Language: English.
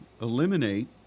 eliminate